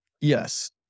Yes